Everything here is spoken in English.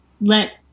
let